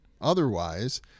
otherwise